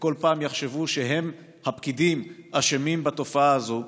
וכל פעם יחשבו שהפקידים אשמים בתופעה הזו,